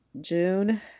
June